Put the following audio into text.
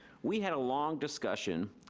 we had a long discussion